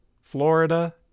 Florida